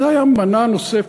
זה היה מנה נוספת,